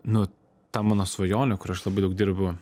nu ta mano svajonė kur aš labai daug dirbu